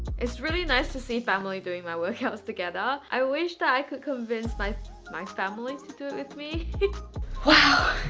it's really nice to see family doing my workouts together i wish that i could convince my my family to do it with me wow,